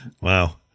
Wow